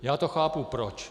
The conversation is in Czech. Já to chápu, proč.